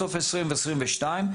בסוף 2022,